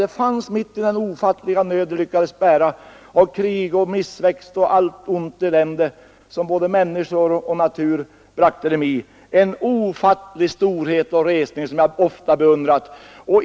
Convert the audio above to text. Det fanns mitt i den ofattbara nöden, som de lyckades bära, och krig och missväxt och allt möjligt elände, som både andra människor och naturen bragte dem i, hos dem en ofattlig storhet och resning som jag ofta beundrat.